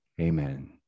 Amen